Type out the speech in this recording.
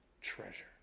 treasure